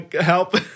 help